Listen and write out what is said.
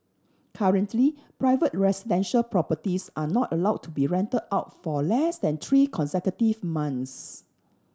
currently private residential properties are not allow to be rent out for less than three consecutive months